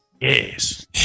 Yes